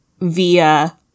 via